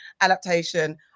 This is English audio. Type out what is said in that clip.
adaptation